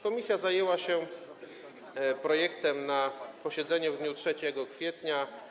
Komisja zajęła się projektem na posiedzeniu w dniu 3 kwietnia.